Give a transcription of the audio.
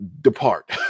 depart